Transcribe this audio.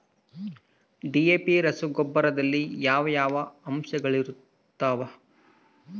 DAP ರಸಗೊಬ್ಬರದಲ್ಲಿ ಯಾವ ಯಾವ ಅಂಶಗಳಿರುತ್ತವರಿ?